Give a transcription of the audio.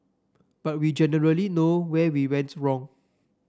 but we generally know where we went wrong